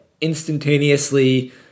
instantaneously